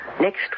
next